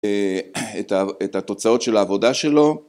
את התוצאות של העבודה שלו